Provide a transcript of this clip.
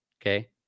Okay